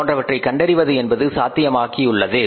போன்றவற்றை கண்டறிவது என்பது சாத்தியமாக உள்ளது